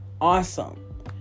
awesome